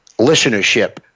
listenership